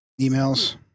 Emails